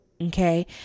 Okay